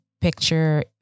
picture